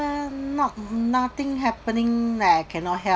not nothing happening that I cannot help